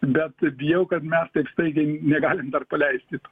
bet bijau kad mes taip staigiai negalim dar paleisti to